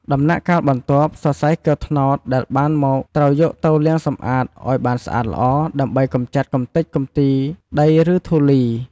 ដំណាក់់បន្ទាប់ សរសៃគាវត្នោតដែលបានមក ត្រូវយកទៅលាងសម្អាតឲ្យបានស្អាតល្អ ដើម្បីកម្ចាត់កម្ទេចកំទីដី ឬធូលី។